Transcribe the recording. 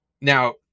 Now